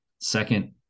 Second